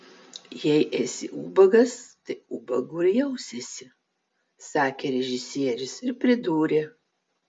jei esi ubagas tai ubagu ir jausiesi sakė režisierius ir pridūrė